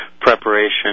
preparation